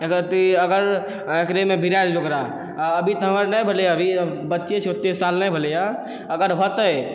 अगर एकरेमे भिड़ा लेलिअइ ओकरा अभी तऽ हमर नहि भेलै अभी बच्चे छी ओते साल नहि भेलैए अगर होतै